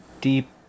deep